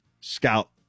scout